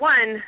One